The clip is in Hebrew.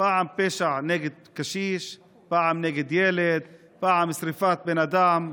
פעם פשע נגד קשיש, פעם נגד ילד, פעם שרפת בן אדם,